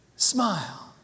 Smile